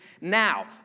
now